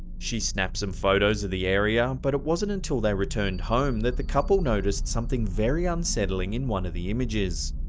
she snapped some photos of the area, but it wasn't until they returned home that the couple noticed something very unsettling in one of the images.